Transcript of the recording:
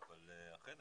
אבל אכן,